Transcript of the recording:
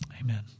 Amen